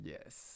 Yes